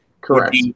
Correct